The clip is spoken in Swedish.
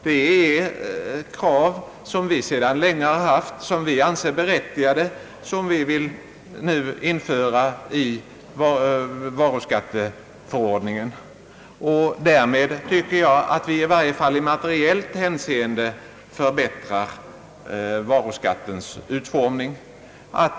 Det är krav som vi sedan länge har framfört, krav som vi anser berättigade och som vi nu vill skriva in i varuskatteförordningen. Därigenom tycker jag att vi i varje fall i materiellt hänseende förbättrar varuskattens utformning.